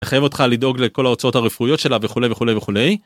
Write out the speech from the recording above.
חייב אותך לדאוג לכל ההוצאות הרפואיות שלה וכולי וכולי וכולי.